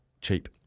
cheap